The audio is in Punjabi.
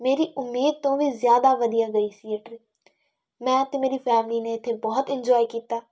ਮੇਰੀ ਉਮੀਦ ਤੋਂ ਵੀ ਜ਼ਿਆਦਾ ਵਧੀਆ ਗਈ ਸੀ ਇਹ ਟਰਿੱਪ ਮੈਂ ਅਤੇ ਮੇਰੀ ਫੈਮਲੀ ਨੇ ਇੱਥੇ ਬਹੁਤ ਇੰਜੋਏ ਕੀਤਾ